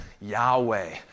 Yahweh